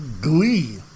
glee